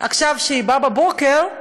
עכשיו כשהיא באה בבוקר,